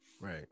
right